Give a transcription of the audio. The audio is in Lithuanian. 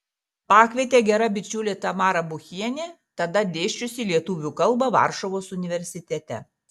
pakvietė gera bičiulė tamara buchienė tada dėsčiusi lietuvių kalbą varšuvos universitete